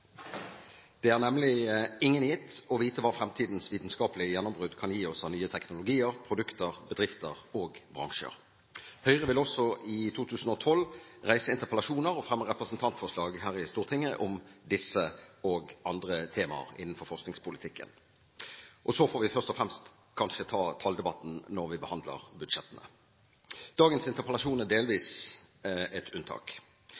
Det er nemlig ingen gitt å vite hva fremtidens vitenskapelige gjennombrudd kan gi oss av nye teknologier, produkter, bedrifter og bransjer. Høyre vil også i 2012 reise interpellasjoner og fremme representantforslag her i Stortinget om disse og andre temaer innenfor forskningspolitikken. Så får vi først og fremst ta talldebatten når vi behandler budsjettene. Dagens interpellasjon er delvis et unntak.